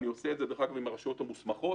אני עושה את זה עם הרשויות המוסמכות.